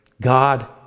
God